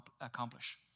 accomplish